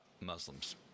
Muslims